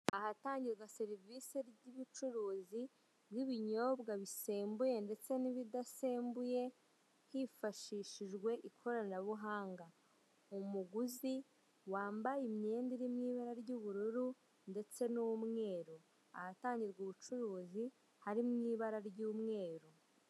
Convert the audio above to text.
Ahatangirwa serivise ry'ubucuruzi by'ibinyobwa bisembuye ndetse n'ibidasembuye hifashishijwe ikoranabuhanga, umuguzi wambaye imyenda irimo ibara ry'ubururu ndetse n'umweru ahatangirwa ubucuruzi harimo ibara ry'umweru